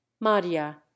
maria